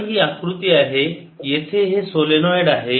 तर ही आकृती आहे येथे हे सोलेनोईड आहे